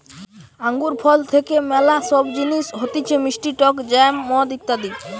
আঙ্গুর ফল থেকে ম্যালা সব জিনিস হতিছে মিষ্টি টক জ্যাম, মদ ইত্যাদি